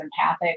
empathic